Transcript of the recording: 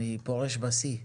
אני פורש בשיא.